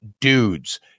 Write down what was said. dudes